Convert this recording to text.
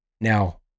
Now